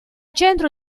centro